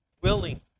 willing